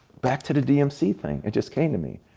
back to the dmc thing, it just came to me.